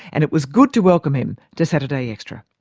and it was good to welcome him to saturday extra.